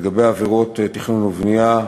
לגבי עבירות תכנון ובנייה,